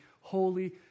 Holy